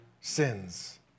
sins